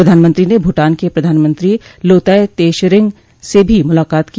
प्रधानमंत्री ने भूटान के प्रधानमंत्री लोताय त्शेरिंग से भी मुलाकात की